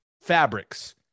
fabrics